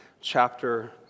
chapter